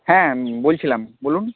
হ্যাঁ বলছিলাম বলুন